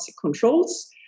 controls